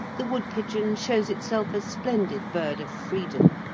the woodpigeon shows itself a splendid bird of freedom,